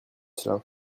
cela